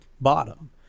bottom